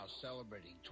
celebrating